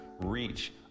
reach